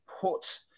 put